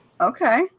Okay